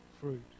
fruit